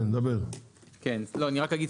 אני רק אגיד,